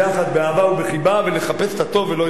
באהבה ובחיבה ולחפש את הטוב ולא את הרע.